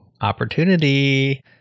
opportunity